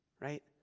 Right